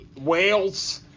Wales